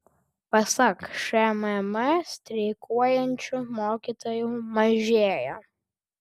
pasak šmm streikuojančių mokytojų mažėja